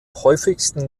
häufigsten